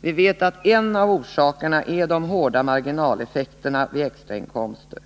Vi vet att en av orsakerna är de hårda marginaleffekterna vid extrainkomster.